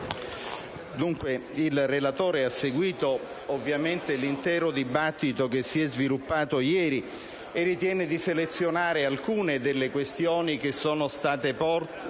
il relatore ha seguito l'intero dibattito che si è sviluppato ieri e ritiene di selezionare alcune delle questioni poste per